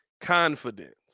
confidence